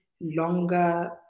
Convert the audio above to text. longer